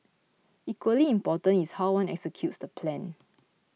equally important is how one executes the plan